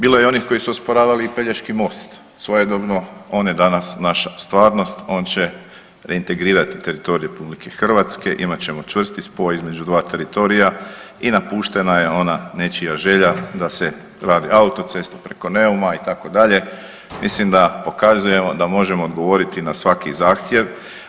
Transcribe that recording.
Bilo je i onih koji su osporavali i Pelješki most svojedobno, on je danas naša stvarnost, on će reintegrirati teritorij RH, imat ćemo čvrsti spoj između dva teritorija i napuštena je ona nečija želja da se radi autocesta preko Neuma itd., mislim da pokazujemo da možemo odgovoriti na svaki zahtjev.